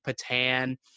Patan